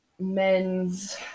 men's